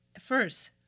First